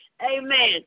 Amen